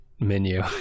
menu